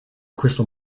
crystal